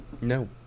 No